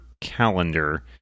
Calendar